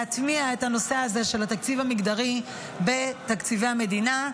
להטמיע את הנושא הזה של התקציב המגדרי בתקציבי המדינה.